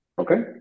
okay